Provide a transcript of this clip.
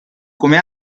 come